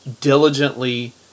diligently